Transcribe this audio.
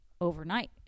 overnight